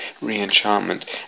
re-enchantment